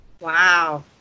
Wow